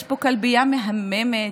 יש פה כלבייה מהממת.